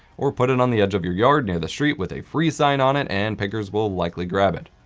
or put it on the edge of your yard near the street with a free sign on it and pickers will likely grab it.